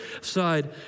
side